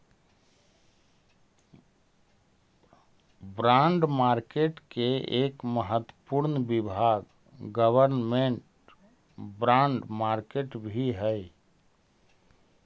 bond market के एक महत्वपूर्ण विभाग गवर्नमेंट बॉन्ड मार्केट भी हइ